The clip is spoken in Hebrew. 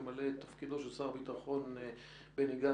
ממלא את תפקידו של שר הביטחון בני גנץ